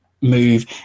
move